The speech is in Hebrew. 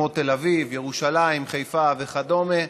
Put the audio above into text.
כמו תל אביב, ירושלים, חיפה וכדומה,